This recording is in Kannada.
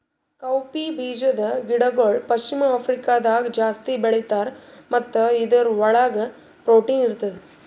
ಕೌಪೀ ಬೀಜದ ಗಿಡಗೊಳ್ ಪಶ್ಚಿಮ ಆಫ್ರಿಕಾದಾಗ್ ಜಾಸ್ತಿ ಬೆಳೀತಾರ್ ಮತ್ತ ಇದುರ್ ಒಳಗ್ ಪ್ರೊಟೀನ್ ಇರ್ತದ